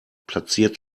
platziert